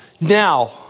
now